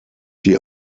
die